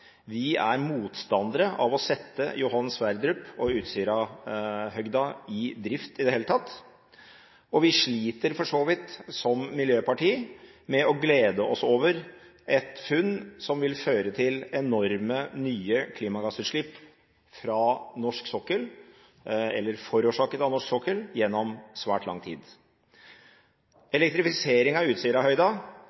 Vi er motstandere av å sette Johan Sverdrup og Utsirahøyden i drift i det hele tatt, og vi sliter for så vidt som miljøparti med å glede oss over et funn som vil føre til enorme nye klimagassutslipp fra norsk sokkel, eller forårsaket av norsk sokkel, gjennom svært lang tid.